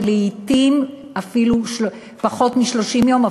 ולעתים אף פחות מ-30 יום,